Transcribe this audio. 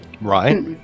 Right